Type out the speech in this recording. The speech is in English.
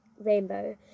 rainbow